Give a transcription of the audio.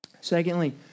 Secondly